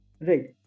right